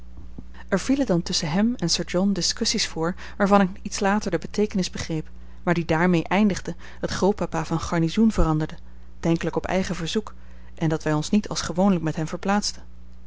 er vielen dan tusschen hem en sir john discussies voor waarvan ik iets later de beteekenis begreep maar die daarmee eindigden dat grootpapa van garnizoen veranderde denkelijk op eigen verzoek en dat wij ons niet als gewoonlijk met hem verplaatsten